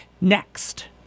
next